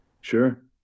Sure